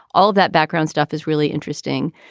all that background stuff is really interesting.